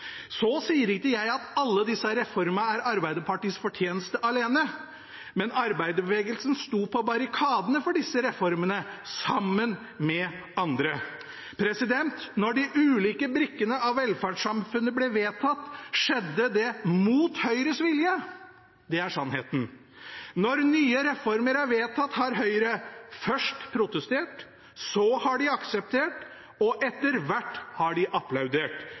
Så sier ikke jeg at alle disse reformene er Arbeiderpartiets fortjeneste alene, men arbeiderbevegelsen sto på barrikadene for disse reformene sammen med andre. Da de ulike brikkene i velferdssamfunnet ble vedtatt, skjedde det mot Høyres vilje. Det er sannheten. Når nye reformer er blitt vedtatt, har Høyre først protestert, så har de akseptert, og etter hvert har de applaudert.